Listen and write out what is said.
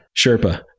Sherpa